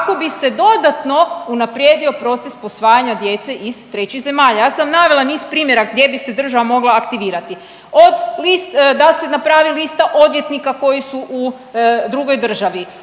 kako bi se dodatno unaprijedio proces posvajanja djece iz trećih zemalja. Ja sam navela niz primjera gdje bi se država mogla aktivirati od da se napravi lista odvjetnika koji su u drugoj državi,